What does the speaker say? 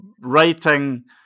writing